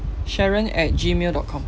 sharon at gmail dot com